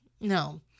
No